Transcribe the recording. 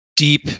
deep